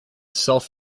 self